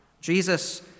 Jesus